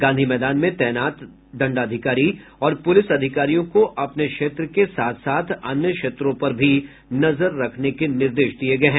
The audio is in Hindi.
गांधी मैदान में तैनात दंडाधिकारी और पूलिस अधिकारियों को अपने क्षेत्र के साथ साथ अन्य क्षेत्रों पर भी नजर रखने के निर्देश दिये गये हैं